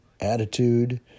attitude